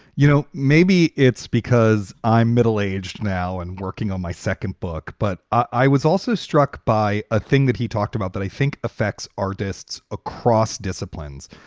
you know, maybe it's because i'm middle aged now and working on my second book. but i was also struck by a thing that he talked about that i think affects artists across disciplines.